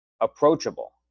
Approachable